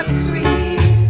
sweet